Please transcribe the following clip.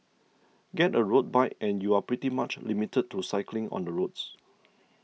get a road bike and you're pretty much limited to cycling on the roads